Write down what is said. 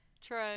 True